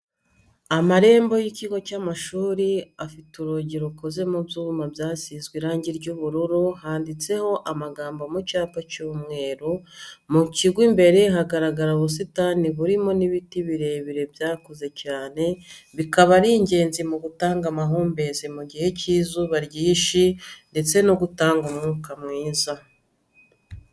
Amarembo y'ikigo cy'amashuri afite urugi rukoze mu byuma byasizwe irangi ry'ubururu handitseho amagambo mu cyapa cy'umweru, mu kigo imbere hagaragara ubusitani burimo n'ibiti birebire byakuze cyane bikaba ari ingenzi mu gutanga amahumbezi mu gihe cy'izuba ryinshi ndetse no gutanga umwuka mwiza.